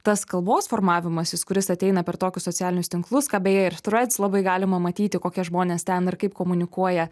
tas kalbos formavimasis kuris ateina per tokius socialinius tinklus ką beje ir threads labai galima matyti kokie žmonės ten ir kaip komunikuoja